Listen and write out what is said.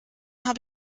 habe